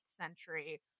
century